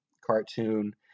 cartoon